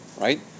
right